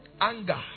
Anger